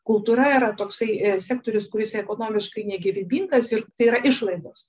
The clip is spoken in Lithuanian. kultūra yra toksai sektorius kuris ekonomiškai negyvybingas ir tai yra išlaidos